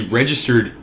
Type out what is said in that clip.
registered